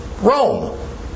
Rome